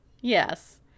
Yes